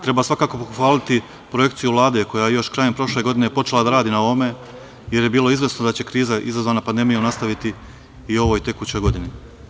Treba svakako pohvaliti projekciju Vlade, koja je još krajem prošle godine počela da radi na ovom, jer je bilo izvesno da će se kriza izazvana pandemijom nastaviti i u ovoj tekućoj godini.